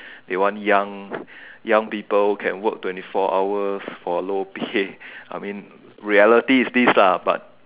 they want young young people can work twenty four hours for low pay I mean reality is this lah but